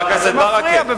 אני לא מפריע לך.